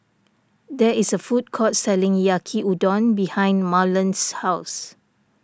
there is a food court selling Yaki Udon behind Marlon's house